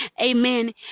Amen